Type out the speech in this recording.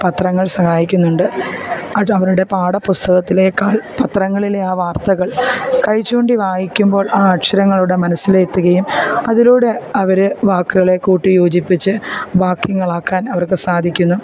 പത്രങ്ങൾ സഹായിക്കുന്നുണ്ട് അത് അവരുടെ പാഠ പുസ്തകത്തിലേക്കാൾ പത്രങ്ങളിലെ ആ വാർത്തകൾ കൈ ചൂണ്ടി വായിക്കുമ്പോൾ ആ അക്ഷരങ്ങളിലൂടെ മനസ്സിലെത്തുകയും അതിലൂടെ അവർ വാക്കുകളെ കൂട്ടി യോജിപ്പിച്ച് വാക്യങ്ങളാക്കാൻ അവർക്കു സാധിക്കുന്നു